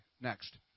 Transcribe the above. Next